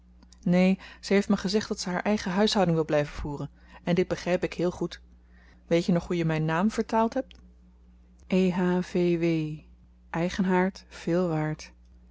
neen ze heeft my gezegd dat ze haar eigen huishouding wil blyven voeren en dit begryp ik heel goed weet je nog hoe je myn naam vertaald hebt e h v w eigen haard veel waard